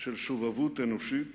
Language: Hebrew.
של שובבות אנושית